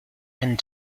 and